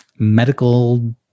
Medical